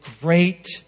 great